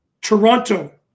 Toronto